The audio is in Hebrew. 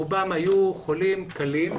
רובם היו חולים קלים,